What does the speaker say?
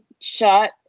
shot